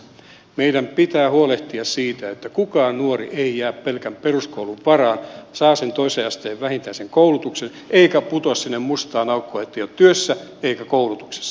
meidän pitää huolehtia siitä että kukaan nuori ei jää pelkän peruskoulun varaan saa vähintään sen toisen asteen koulutuksen eikä putoa sinne mustaan aukkoon ettei ole työssä eikä koulutuksessa